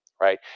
right